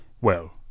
Well